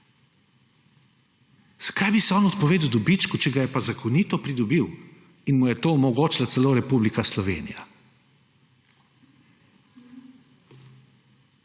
Zakaj bi se on odpovedal dobičku, če ga je pa zakonito pridobil in mu je to omogočila celo Republika Slovenija?